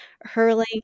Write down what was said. hurling